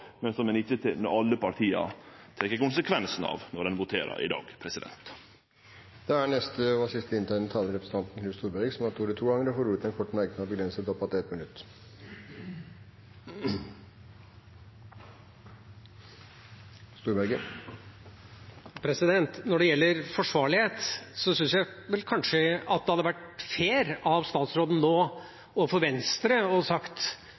men som ikkje alle partia tek konsekvensane av når ein voterer i dag. Representanten Knut Storberget har hatt ordet to ganger tidligere og får ordet til en kort merknad, begrenset til 1 minutt. Når det gjelder forsvarlighet, syns jeg kanskje det hadde vært fair av statsråden overfor Venstre å si til kravet om nye utredninger knyttet til Høyre og